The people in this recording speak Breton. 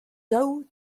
daou